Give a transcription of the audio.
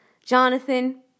Jonathan